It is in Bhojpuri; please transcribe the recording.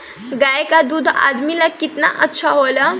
गाय का दूध आदमी ला कितना अच्छा होला?